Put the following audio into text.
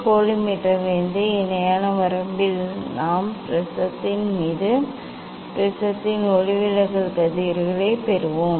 கோலி மீட்டரிலிருந்து இணையான வரம்பில் நாம் ப்ரிஸத்தின் மீதும் ப்ரிஸிலிருந்து ஒளிவிலகல் கதிர்களைப் பெறுவோம்